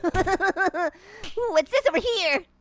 but but but what is this over here?